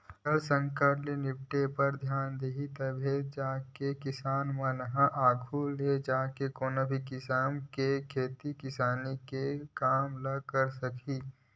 जल संकट ले निपटे बर धियान दिही तभे जाके किसान मन ह आघू जाके कोनो भी किसम के खेती किसानी के काम ल करे सकही